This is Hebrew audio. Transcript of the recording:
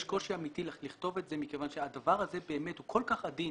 יש קושי אמיתי לכתוב את זה מכיוון שהדבר הזה הוא כל כך עדין